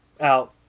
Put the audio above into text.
out